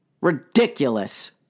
Ridiculous